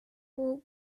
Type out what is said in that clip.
pół